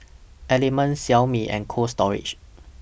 Element Xiaomi and Cold Storage